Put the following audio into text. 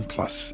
Plus